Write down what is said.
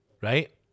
right